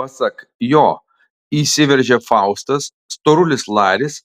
pasak jo įsiveržė faustas storulis laris